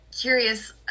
curious